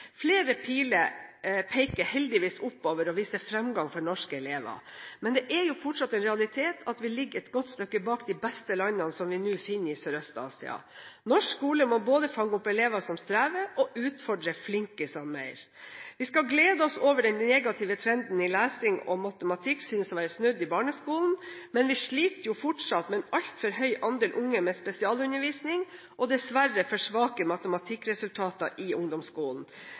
Flere piler peker heldigvis oppover og viser fremgang for norske elever, men det er fortsatt en realitet at vi ligger et godt stykke bak de beste landene, som vi nå finner i Sørøst-Asia. Norsk skole må både fange opp elever som strever, og utfordre «flinkisene» mer. Vi skal glede oss over at den negative trenden i lesing og matematikk synes å være snudd i barneskolen, men vi sliter fortsatt med en altfor høy andel unge med spesialundervisning og dessverre for svake matematikkresultater i ungdomsskolen.